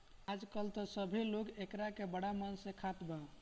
आजकल त सभे लोग एकरा के बड़ा मन से खात बा